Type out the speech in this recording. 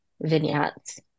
vignettes